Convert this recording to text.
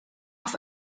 auf